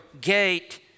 gate